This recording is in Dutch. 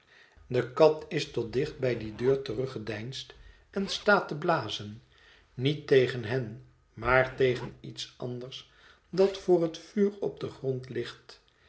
de kat is tot dicht bij die deur teruggedeinsd en staat te blazen niet tegen hen maar tegen iets anders dat voor het vuur op den grond ligt